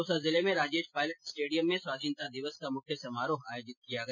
दौसा जिले में राजेश पायलट स्टेडियम में स्वाधीनता दिवस का मुख्य समारोह आयोजित किया गया